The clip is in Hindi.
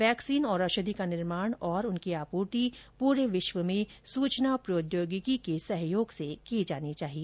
वैक्सीन और औषधि का निर्माण और उनकी आपूर्ति पूरे विश्व में सूचना प्रौद्योगिकी के सहयोग से की जानी चाहिए